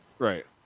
Right